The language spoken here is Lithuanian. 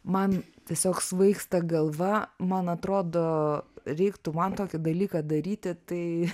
man tiesiog svaigsta galva man atrodo reiktų man tokį dalyką daryti tai